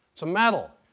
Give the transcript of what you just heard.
it's a metal.